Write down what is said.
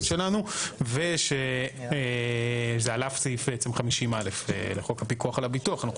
שלנו ושזה על אף סעיף 50(א) לחוק הפיקוח על הביטוח.